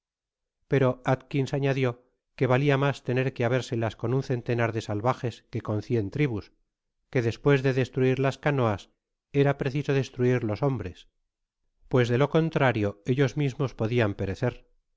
pero alkins añadio que valia mas tener que habérselas con un centenar dealvajes que con cien tribus que despues de destruir las canoas era preeiso destruir los hombres pues de lo contrario ellos mismos podian perecer